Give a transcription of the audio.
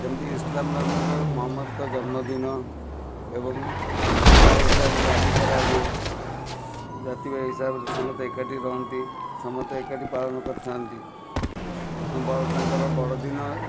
ସେମିତି ଇସ୍ଲାମ୍ ଧର୍ମର ମହମ୍ମଦଙ୍କ ଜନ୍ମଦିନ ଏବଂ ପ୍ରାୟ ଏଠାରେ ରାଲି କରା ହୁଏ ଜାତିଭାଇ ହିସାବରେ ସମସ୍ତେ ଏକାଠି ରହନ୍ତି ସମସ୍ତେ ଏକାଠି ପାଳନ କରିଥାନ୍ତି ତାଙ୍କର ବଡ଼ ଦିନ